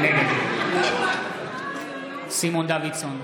נגד סימון דוידסון,